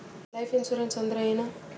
Life insurance ಅಂದ್ರ ಏನ?